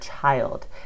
child